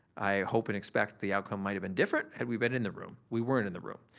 i hope and expect the outcome might have been different had we been in the room. we weren't in the room.